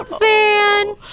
fan